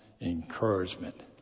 encouragement